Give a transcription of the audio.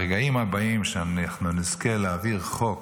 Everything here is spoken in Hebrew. אבל הרגעים הבאים שבהם אנחנו נזכה להעביר חוק